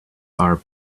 our